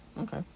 Okay